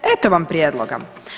Eto vam prijedloga.